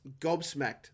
gobsmacked